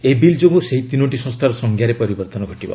ଏହି ବିଲ୍ ଯୋଗୁଁ ସେହି ତିନୋଟି ସଂସ୍ଥାରେ ପରିବର୍ତ୍ତନ ଘଟିବ